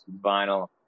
Vinyl